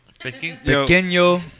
Pequeño